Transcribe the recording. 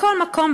בכל מקום,